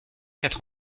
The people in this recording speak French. quatre